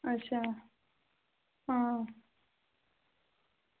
अच्छा आं